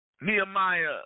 Nehemiah